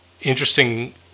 interesting